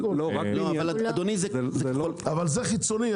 אבל זה חיצוני.